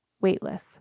weightless